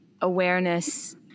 awareness